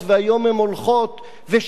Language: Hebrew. ושינינו אותן בחוק התקציב,